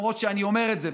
למרות שאני אומר את זה,